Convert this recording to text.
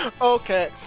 Okay